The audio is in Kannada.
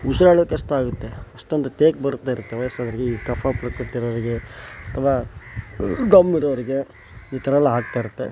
ಉಸಿರಾಡೋಕೆ ಕಷ್ಟ ಆಗುತ್ತೆ ಅಷ್ಟೊಂದು ತೇಗು ಬರುತ್ತಾ ಇರುತ್ತೆ ವಯಸ್ಸಾದಾವ್ರಿಗೆ ಈ ಕಫ ಪ್ರಕೃತಿ ಇರೋರಿಗೆ ಅಥವಾ ಧಮ್ ಇರೋರಿಗೆ ಈ ಥರ ಎಲ್ಲ ಆಗ್ತಿರುತ್ತೆ